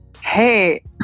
Hey